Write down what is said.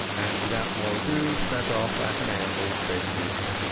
and without more ado set off at an amble bedwards.